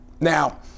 Now